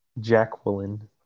Jacqueline